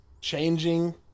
changing